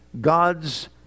God's